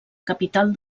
capital